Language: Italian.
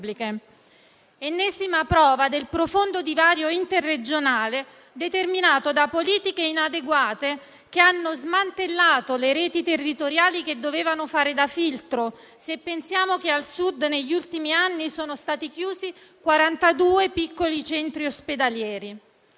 ennesima prova, questa, del profondo divario interregionale determinato da politiche inadeguate, che hanno smantellato le reti territoriali che dovevano fare da filtro. Si pensi che al Sud, negli ultimi anni, sono stati chiusi 42 piccoli centri ospedalieri.